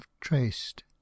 traced